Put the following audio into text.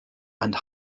and